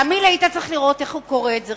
תאמין לי, היית צריך לראות איך הוא קורא את זה.